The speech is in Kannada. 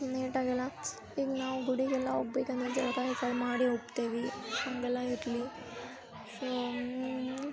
ನೀಟಾಗೆಲ್ಲ ಈಗ ನಾವು ಗುಡಿಗೆಲ್ಲ ಹೋಗ್ಬೇಕಂದ್ರ ಜಳಕ ಗಿಳಕ ಎಲ್ಲ ಮಾಡಿ ಹೋಗ್ತೇವಿ ಹಂಗೆಲ್ಲ ಇರಲಿ ಸೋ